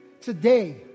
Today